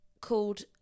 called